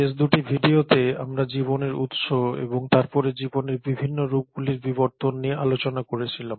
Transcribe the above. শেষ দুটি ভিডিওতে আমরা জীবনের উৎস এবং তারপরে জীবনের বিভিন্ন রূপগুলির বিবর্তন নিয়ে আলোচনা করেছিলাম